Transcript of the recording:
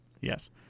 Yes